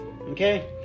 Okay